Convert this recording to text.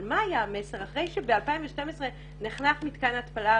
אבל מה היה המסר אחרי שב-2012 נחנך מתקן ההתפלה הראשון?